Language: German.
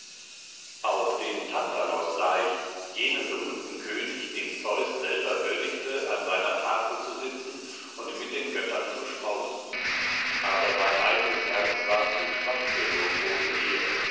auch den tantalos sah ich jenen berühmten könig den zeus selber würdigte an seiner tafel zu sitzen und mit den göttern zu schmausen aber sein eitles herz war zu schwach für so große ehre